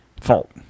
fault